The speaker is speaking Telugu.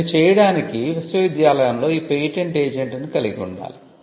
దీన్ని చేయడానికి విశ్వవిద్యాలయంలో పేటెంట్ ఏజెంట్ను కలిగి ఉండాలి